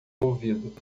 ouvido